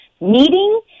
meeting